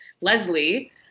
Leslie